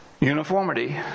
Uniformity